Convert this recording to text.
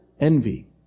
envy